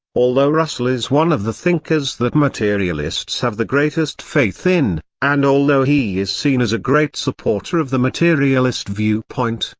although russell is one of the thinkers that materialists have the greatest faith in, and although he is seen as a great supporter of the materialist viewpoint,